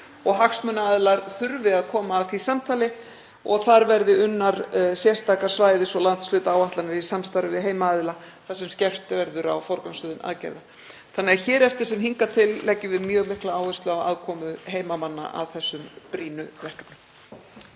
og hagsmunaaðilar þurfi að koma að því samtali og þar verði unnar sérstakar svæðis- og landshlutaáætlanir í samstarfi við heimaaðila þar sem skerpt verður á forgangsröðun aðgerða. Þannig að hér eftir sem hingað til leggjum við mjög mikla áherslu á aðkomu heimamanna að þessum brýnu verkefnum.